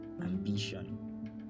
ambition